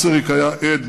מסריק היה עד,